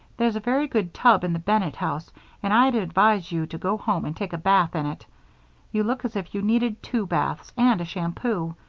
there's a very good tub in the bennett house and i'd advise you to go home and take a bath in it you look as if you needed two baths and a shampoo.